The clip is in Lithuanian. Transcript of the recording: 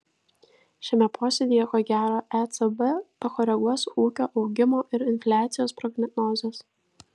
šiame posėdyje ko gero ecb pakoreguos ūkio augimo ir infliacijos prognozes